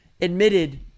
admitted